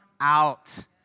out